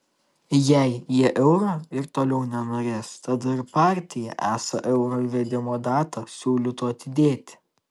jei jie euro ir toliau nenorės tada ir partija esą euro įvedimo datą siūlytų atidėti